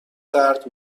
درد